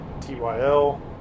tyl